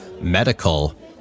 medical